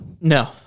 no